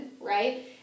right